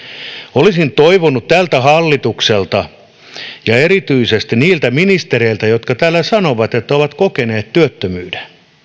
olisin toivonut tältä hallitukselta ja erityisesti niiltä ministereiltä jotka täällä sanovat että ovat kokeneet työttömyyden